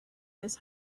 his